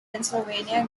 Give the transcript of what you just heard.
pennsylvania